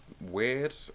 weird